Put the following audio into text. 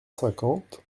cinquante